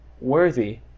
worthy